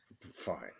Fine